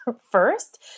first